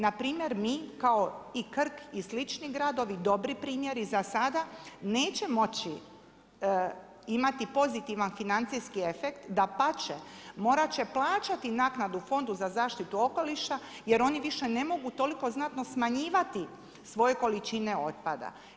Npr. mi kao i Krk i slični gradovi, dobri primjeri za sada, neće moći imati pozitivan financijski efekt, da pače, morati će plaćati naknadu Fondu za zaštitu okoliša, jer oni više ne mogu toliko znatno smanjivati svoje količine otpada.